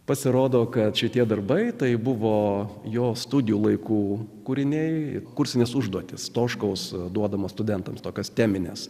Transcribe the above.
pasirodo kad šitie darbai tai buvo jo studijų laikų kūriniai kursinis užduotis stoškaus duodamas studentams tokias temines